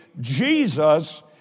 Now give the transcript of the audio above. Jesus